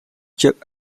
chuck